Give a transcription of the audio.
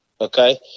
Okay